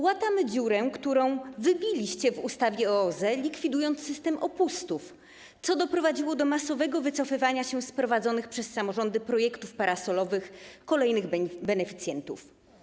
Łatamy dziurę, którą wybiliście w ustawie o OZE, likwidując system opustów, co doprowadziło do masowego wycofywania się z prowadzonych przez samorządy projektów parasolowych kolejnych beneficjentów.